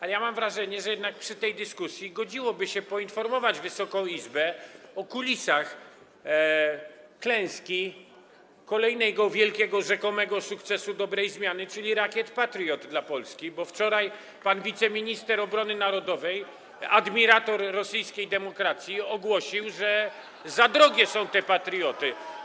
A ja mam wrażenie, że jednak podczas tej dyskusji godziłoby się poinformować wysoką Izbę o kulisach klęski kolejnego rzekomo wielkiego sukcesu dobrej zmiany, czyli kupna rakiet Patriot dla Polski, bo wczoraj pan wiceminister obrony narodowej, admirator rosyjskiej demokracji, [[Wesołość na sali, oklaski]] ogłosił, że za drogie są te patrioty.